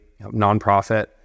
nonprofit